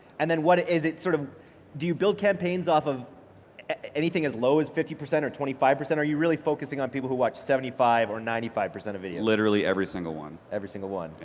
and then what is it sort of do you build campaigns off of anything as low as fifty percent or twenty five? are you really focusing on people who watch seventy five or ninety five percent of videos? literally every single one. every single one?